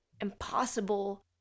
impossible